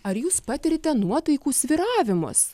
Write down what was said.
ar jūs patiriate nuotaikų svyravimus